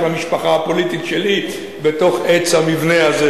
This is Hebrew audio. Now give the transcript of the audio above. למשפחה הפוליטית שלי בתוך עץ המבנה הזה.